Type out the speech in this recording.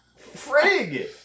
Frig